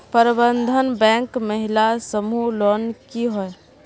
प्रबंधन बैंक महिला समूह लोन की होय?